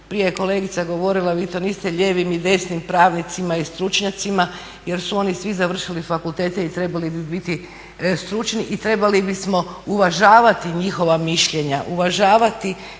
prije je kolegica govorila vi to niste lijevim i desnim pravnicima i stručnjacima jer su oni svi završili fakultete i trebali bi biti stručni i i trebali bismo uvažavati njihova mišljenja, uvažavati